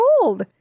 cold